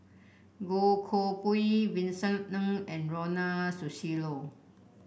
Goh Koh Pui Vincent Ng and Ronald Susilo